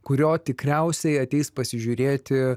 kurio tikriausiai ateis pasižiūrėti